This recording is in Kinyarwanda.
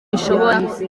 bishobora